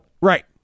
Right